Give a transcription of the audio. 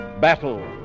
Battle